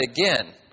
again